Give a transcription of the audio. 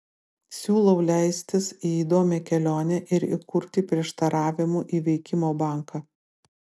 siūlau leistis į įdomią kelionę ir įkurti prieštaravimų įveikimo banką